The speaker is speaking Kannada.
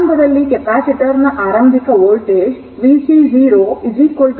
ಆರಂಭದಲ್ಲಿ ಕೆಪಾಸಿಟರ್ ನ ಆರಂಭಿಕ ವೋಲ್ಟೇಜ್ vc 0 v0 ಎಂದು ಭಾವಿಸೋಣ